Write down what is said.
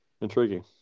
Intriguing